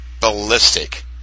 ballistic